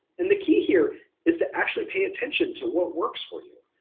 and the key here is to actually pay attention to what works for you.